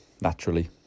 naturally